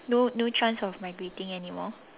no no chance of migrating anymore